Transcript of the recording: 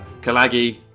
Kalagi